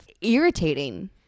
irritating